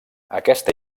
aquesta